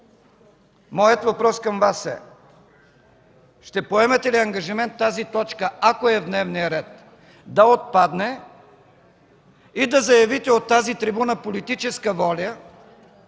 Моят въпрос към Вас е: ще поемете ли ангажимент тази точка, ако е в дневния ред, да отпадне и да заявите от тази трибуна политическа воля